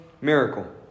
miracle